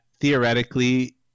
theoretically